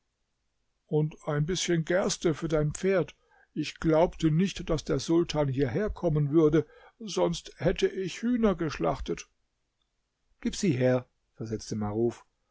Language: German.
und ein bißchen gerste für dein pferd ich glaubte nicht daß der sultan hierher kommen würde sonst hätte ich hühner geschlachtet gib sie her versetzte maruf